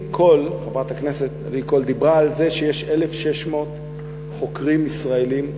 חברת הכנסת עדי קול דיברה על זה שיש 1,600 חוקרים ישראלים בחו"ל.